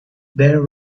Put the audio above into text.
there